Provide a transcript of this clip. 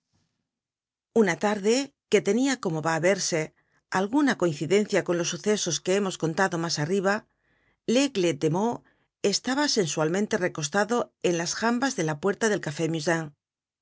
una tarde que tenia como va á verse alguna coincidencia con los sucesos que hemos contado mas arriba laigle de meaux estaba sensualmente recostado en las jambas de la puerta del café